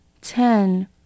Ten